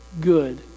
good